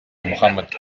muhammad